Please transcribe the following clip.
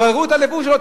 אבל ראו את הלבוש שלו,